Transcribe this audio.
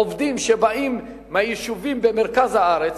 עובדים שבאים מהיישובים במרכז הארץ,